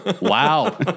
Wow